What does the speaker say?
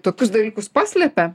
tokius dalykus paslepia